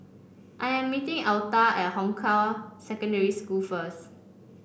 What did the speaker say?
I am meeting Alta at Hong Kah Secondary School first